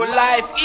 life